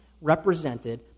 represented